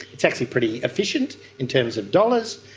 it's actually pretty efficient in terms of dollars,